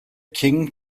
king